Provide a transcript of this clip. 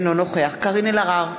אינו נוכח קארין אלהרר,